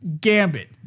Gambit